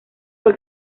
fue